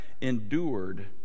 endured